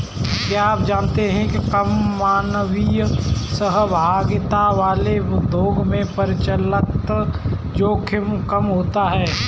क्या आप जानते है कम मानवीय सहभागिता वाले उद्योगों में परिचालन जोखिम कम होता है?